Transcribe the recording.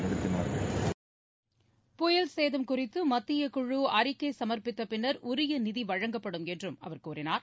seconds புயல் சேதம் குறித்து மத்தியக் குழு அறிக்கை சமர்ப்பித்த பின்னர் உரிய நிதி வழங்கப்படும் என்றும் அவர் கூறினார்